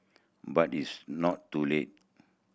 but it's not too late